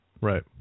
right